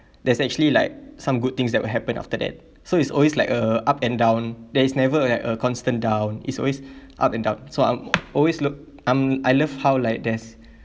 there's actually like some good things that will happen after that so it's always like a up and down there is never like a constant down is always up and down so I'm always look um I love how like there's